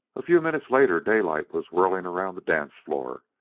a few minutes later, daylight was whirling around the dance-floor,